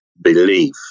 belief